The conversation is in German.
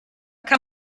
kann